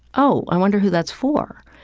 oh, i wonder who that's for,